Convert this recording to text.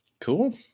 Cool